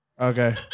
Okay